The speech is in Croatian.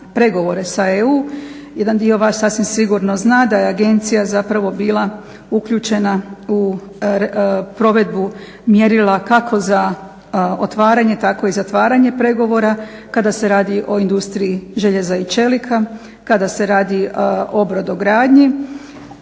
pregovore sa EU jedan dio vas sasvim sigurno zna da je agencija zapravo bila uključena u provedbu mjerila kako za otvaranje, tako i zatvaranje pregovora kada se radi o industriji željeza i čelika, kada se radi o brodogradnji,